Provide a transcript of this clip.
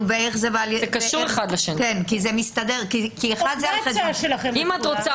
אם את רוצה